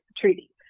treaty